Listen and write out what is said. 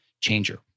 Changer